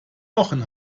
wochen